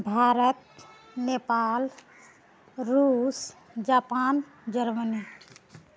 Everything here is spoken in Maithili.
भारत नेपाल रूस जापान जर्मनी